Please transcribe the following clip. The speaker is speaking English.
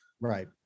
Right